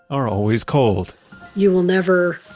are always cold you will never